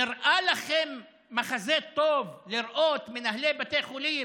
נראה לכם מחזה טוב לראות מנהלי בתי חולים